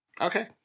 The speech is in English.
Okay